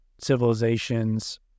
civilizations